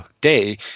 day